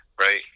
right